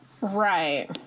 Right